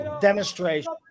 demonstration